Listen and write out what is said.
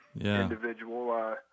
individual